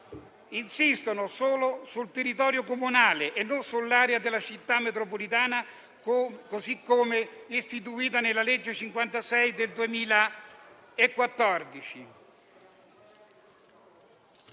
insistono solo sul territorio comunale e non sull'area della Città metropolitana, così come istituita nella legge n. 56 del 2014.